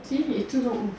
then 你自定 off